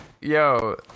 Yo